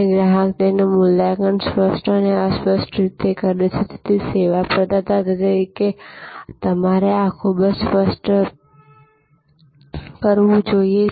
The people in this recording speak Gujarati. અને ગ્રાહક તેનું મૂલ્યાંકન સ્પષ્ટ અને અસ્પષ્ટ રીતે કરે છે તેથી સેવા પ્રદાતા તરીકે તમારે આ ખૂબ જ સ્પષ્ટપણે કરવું જોઈએ